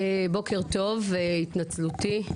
בוקר טוב, התנצלותי.